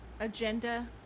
agenda